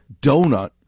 donut